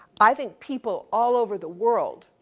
i think people all over the world,